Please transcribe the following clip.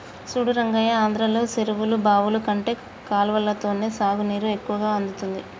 చూడు రంగయ్య ఆంధ్రలో చెరువులు బావులు కంటే కాలవలతోనే సాగునీరు ఎక్కువ అందుతుంది